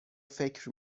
فکر